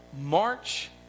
March